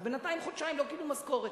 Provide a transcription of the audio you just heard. אז בינתיים חודשיים לא קיבלו משכורת.